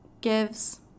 Gives